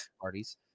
parties